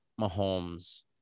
Mahomes